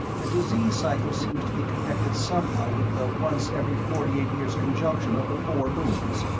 the disease cycle seems to be connected somehow with the once every forty eight years conjunction of the four moons,